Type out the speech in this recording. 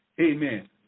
Amen